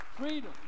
Freedom